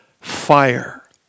fire